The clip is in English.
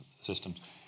systems